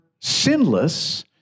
sinless